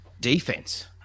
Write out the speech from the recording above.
defense